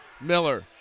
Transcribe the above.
Miller